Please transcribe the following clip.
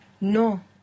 no